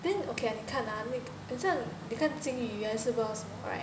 then okay ah 你看 ah 很像那个经理员是 boss right